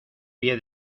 pie